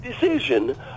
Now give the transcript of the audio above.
decision